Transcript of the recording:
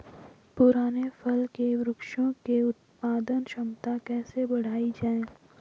पुराने फल के वृक्षों से उत्पादन क्षमता कैसे बढ़ायी जाए?